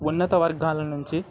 ఉన్నత వర్గాల నుంచి